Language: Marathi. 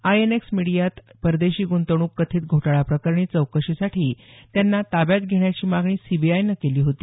आईएनएक्स मीडियात परदेशी गृंतवणुक कथित घोटाळा प्रकरणी चौकशीसाठी त्यांना ताब्यात घेण्याची मागणी सीबीआयनं केली होती